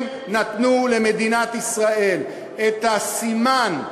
הם נתנו למדינת ישראל את הסימן,